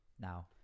Now